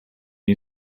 you